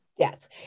Yes